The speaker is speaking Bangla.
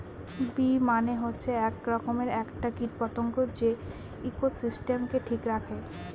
বী মানে হচ্ছে এক রকমের একটা কীট পতঙ্গ যে ইকোসিস্টেমকে ঠিক রাখে